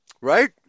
Right